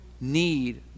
need